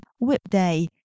Whipday